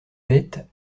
bête